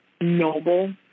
noble